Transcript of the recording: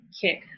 kick